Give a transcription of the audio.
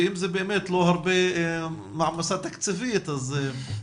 ואם זה באמת לא מעמסה תקציבית רבה,